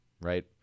Right